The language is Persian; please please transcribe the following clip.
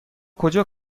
کجا